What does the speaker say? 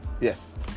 yes